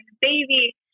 baby